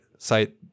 site